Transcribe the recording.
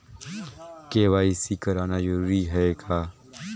KYC कराना जरूरी है का?